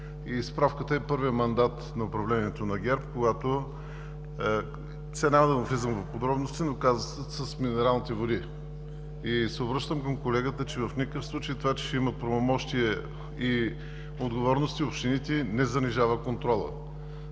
Справката е: първият мандат на управлението на ГЕРБ. Няма да влизам в подробности, но казусът е с минералните води. Обръщам се към колегата, че в никакъв случай това, че ще имат правомощия и отговорности общините не занижават контрола.